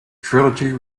trilogy